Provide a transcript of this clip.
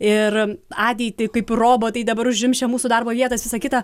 ir ateitį kaip robotai dabar užims čia mūsų darbo vietas visa kita